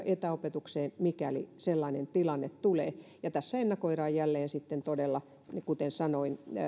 etäopetukseen mikäli sellainen tilanne tulee tässä ennakoidaan jälleen todella kuten sanoin